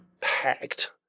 Packed